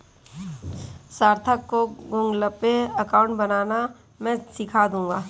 सार्थक को Google Pay account बनाना मैं सीखा दूंगा